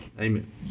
Amen